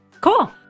Cool